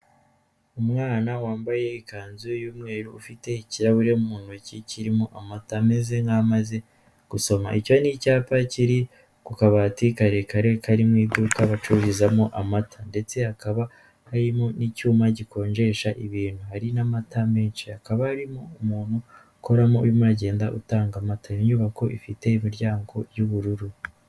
Umwana wambaye ikanzu y'umweru, ufite ikirahuri mu ntoki kirimo amata, ameze nk'aho amaze gusoma. Icyo ni icyapa kiri ku kabati karekare kari mu iduka bacururizamo amata ndetse hakaba harimo n'icyuma gikonjesha ibintu, hari n'amata menshi. Hakaba harimo umuntu ukoramo urimo uragenda utanga amata. Iyo nyubako ifite imiryango y'ubururu.